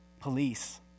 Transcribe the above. Police